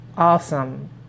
awesome